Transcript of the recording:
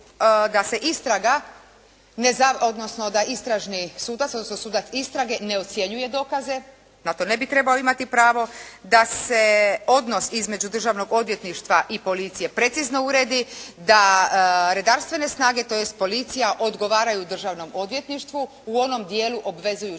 da istražni sudac, odnosno sudac istrage ne ocjenjuje dokaze, na to ne bi trebao imati pravo. Da se odnos između državnog odvjetništva i policije precizno uredi. Da redarstvene snage, tj. policija odgovaraju državnom odvjetništvu u onom dijelu obvezujućih